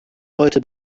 heute